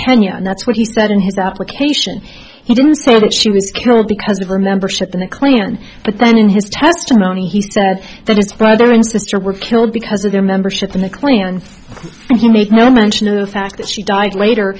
and that's what he said in his that we cation he didn't say that she was killed because of her membership in the klan but then in his testimony he said that his brother and sister were killed because of their membership in the clan and he made no mention of the fact that she died later